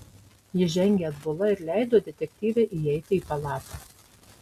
ji žengė atbula ir leido detektyvei įeiti į palatą